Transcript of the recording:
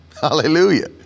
Hallelujah